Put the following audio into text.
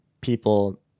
people